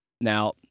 Now